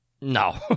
No